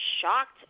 shocked